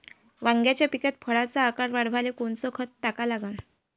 वांग्याच्या पिकात फळाचा आकार वाढवाले कोनचं खत टाका लागन?